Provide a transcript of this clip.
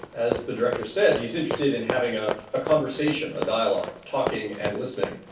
as the director said, he's interested in having ah a conversation, a dialogue, talking and listening.